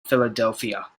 philadelphia